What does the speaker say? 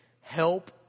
help